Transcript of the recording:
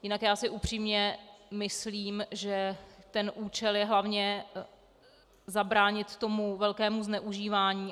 Jinak já si upřímně myslím, že ten účel je hlavně zabránit tomu velkému zneužívání.